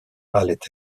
allaient